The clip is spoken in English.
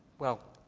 well,